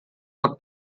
are